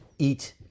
eat